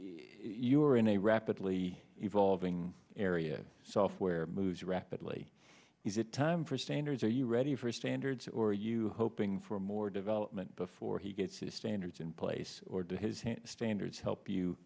you are in a rapidly evolving area software moves rapidly is it time for standards are you ready for standards or you hoping for more development before he gets his standards in place or do his standards help you